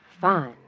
Fine